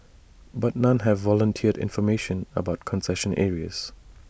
but none have volunteered information about concession areas